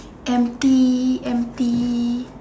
empty empty